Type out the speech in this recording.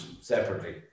separately